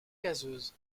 gazeuse